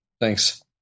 Thanks